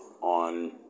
on